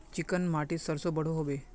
Chicken माटित सरसों बढ़ो होबे?